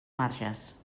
marges